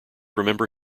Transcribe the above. remember